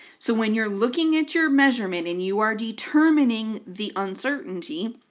so when you're looking at your measurement and you are determining the uncertainty,